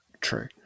True